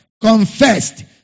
confessed